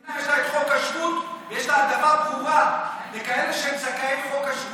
כשלמדינה יש את חוק השבות ויש לה העדפה ברורה לכאלה שהם זכאי חוק השבות.